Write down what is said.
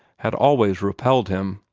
had always repelled him.